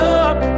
up